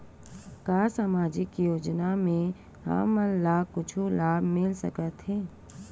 का सामाजिक योजना से हमन ला कुछु लाभ मिल सकत हे?